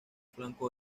flanco